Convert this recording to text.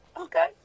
Okay